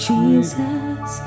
Jesus